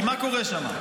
כי מה קורה שם?